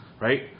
right